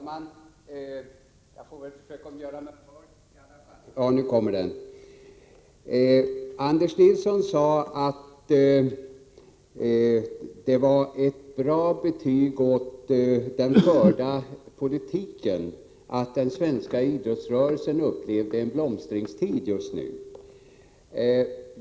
Herr talman! Anders Nilsson sade att det var ett bra betyg åt den förda politiken att den svenska idrottsrörelsen upplevde en blomstringstid just nu.